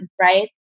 right